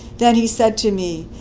then he said to me,